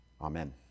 Amen